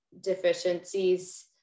deficiencies